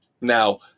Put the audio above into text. Now